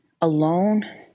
alone